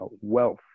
wealth